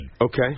Okay